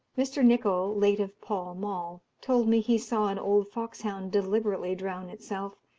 mr. nicol, late of pall mall, told me he saw an old foxhound deliberately drown itself,